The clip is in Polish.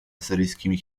asyryjskimi